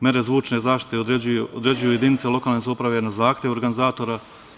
Mere zvučne zaštite određuju jedinice lokalne samouprave na zahtev organizatora.